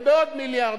ובעוד מיליארד,